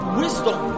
wisdom